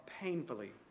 painfully